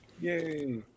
Yay